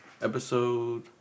Episode